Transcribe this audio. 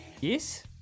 Yes